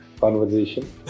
conversation